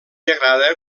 agrada